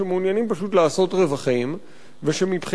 שמעוניינים פשוט לעשות רווחים ושמבחינתם